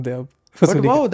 Wow